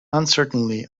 uncertainly